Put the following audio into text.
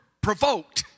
provoked